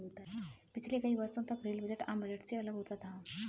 पिछले कई वर्षों तक रेल बजट आम बजट से अलग होता था